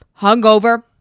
hungover